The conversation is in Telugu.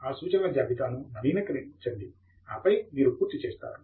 ఆ సూచనల జాబితాను నవీకరించండి ఆపై మీరు పూర్తి చేసారు